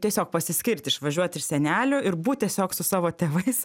tiesiog pasiskirt išvažiuot iš senelių ir būt tiesiog su savo tėvais